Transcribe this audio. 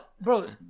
bro